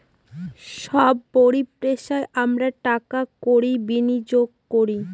সব পরিষেবায় আমরা টাকা কড়ি বিনিয়োগ করি